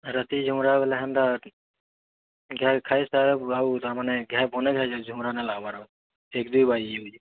ରାତି ଝୁମ୍ରା ବେଲେ ହେନ୍ତା ଆଉ ତାର୍ମାନେ ଘାଏ ବନେ ଡ଼େରି ହେଇଯାଉଛେ ଝୁମ୍ରା ନାଇ ଲାଗ୍ବାର୍ ଆଉ ଏକ୍ ଦୁଇ ବାଜିଯାଉଛେ